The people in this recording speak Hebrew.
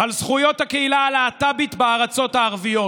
על זכויות הקהילה הלהט"בית בארצות הערביות.